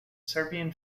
serbian